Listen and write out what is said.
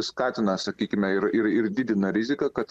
skatina sakykime ir ir ir didina riziką kad